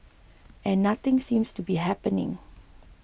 and nothing seems to be happening